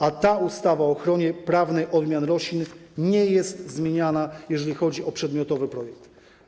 A ta ustawa o ochronie prawnej odmian roślin nie jest zmieniana, jeżeli chodzi o przedmiotowy projekt.